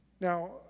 Now